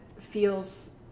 feels